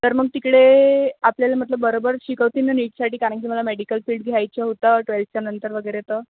तर मग तिकडे आपल्याला म्हटलं बरोबर शिकवतील ना नीटसाठी कारण की मला मेडिकल फील्ड घ्यायचं होतं ट्वेल्थच्या नंतर वगैई तर